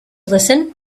listen